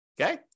Okay